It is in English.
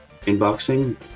inboxing